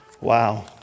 wow